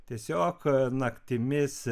tiesiog naktimis